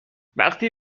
وقتی